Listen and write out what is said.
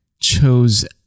chose